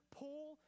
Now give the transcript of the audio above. pull